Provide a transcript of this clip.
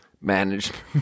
management